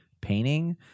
painting